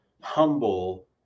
humble